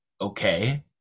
okay